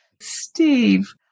Steve